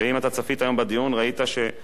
ואם אתה צפית היום בדיון, ראית שגם